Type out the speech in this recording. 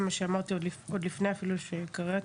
זה מה שאמרתי עוד לפני שקראתי.